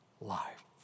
life